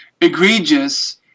egregious